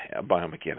biomechanics